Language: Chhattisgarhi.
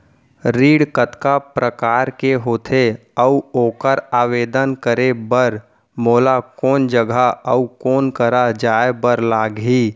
ऋण कतका प्रकार के होथे अऊ ओखर आवेदन करे बर मोला कोन जगह अऊ कोन करा जाए बर लागही?